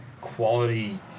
quality